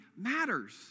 matters